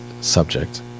subject